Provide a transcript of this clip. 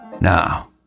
Now